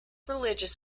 religious